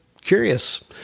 curious